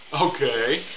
Okay